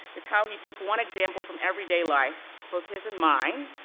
is how he took one example from everyday life, both his and mine,